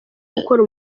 gukora